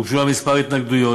הוגשו בה כמה התנגדויות,